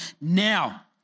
now